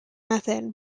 method